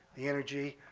the energy.